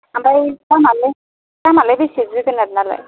ओमफ्राय दामालाय बेसे जोगोनार नालाय